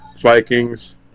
Vikings